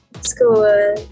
school